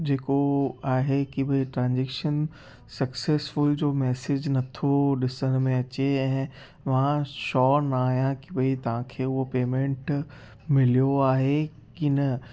जेको आहे कि भाई ट्रांजेक्शन सक्सेसफुल जो मैसेज नथो ॾिसण में अचे मां श्योर न आहियां कि भाई तव्हांखे उहा पेमेंट मिलियो आहे कि न